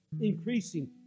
increasing